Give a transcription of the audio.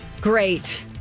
great